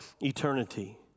eternity